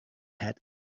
had